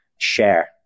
share